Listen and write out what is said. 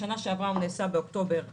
בשנה שעברה הוא נעשה באוקטובר 2020,